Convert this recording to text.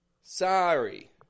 Sorry